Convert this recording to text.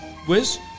Wiz